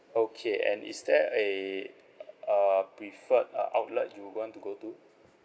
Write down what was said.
okay and is there a uh preferred uh outlet you want to go to